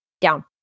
down